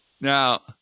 Now